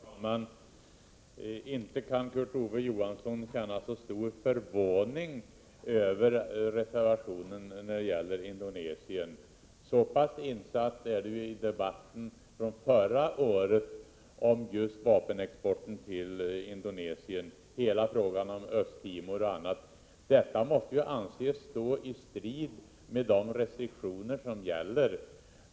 Herr talman! Inte kan Kurt Ove Johansson känna så stor förvåning över reservationen när det gäller Indonesien! Mer insatt än så är han ju i debatten från förra året om just vapenexporten till Indonesien, hela frågan om Östtimor, osv. Vapenexporten till Indonesien måste anses stå i strid med de restriktioner som gäller.